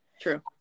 True